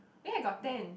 eh I got ten